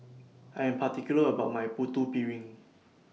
I Am particular about My Putu Piring